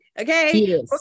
Okay